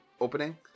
opening